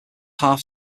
half